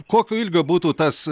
kokio ilgio būtų tas